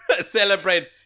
Celebrate